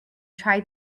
try